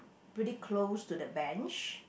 pretty close to the bench